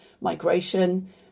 migration